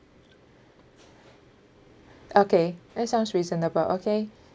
okay that sounds reasonable okay